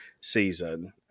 season